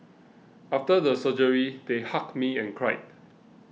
after the surgery they hugged me and cried